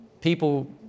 people